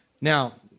Now